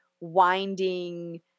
winding